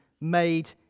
made